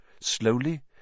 Slowly